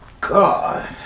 God